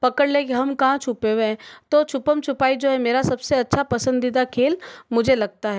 पकड़ लें कि हम कहाँ छुपे हुए हैं तो छुप्पम छुपाई जो है मेरा सबसे अच्छा पसंदीदा खेल मुझे लगता है